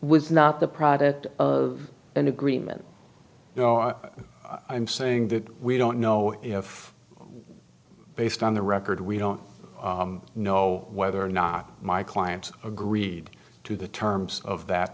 was not the product of an agreement you know i i'm saying that we don't know if based on the record we don't know whether or not my client agreed to the terms of that